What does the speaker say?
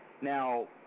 Now